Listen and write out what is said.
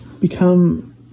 become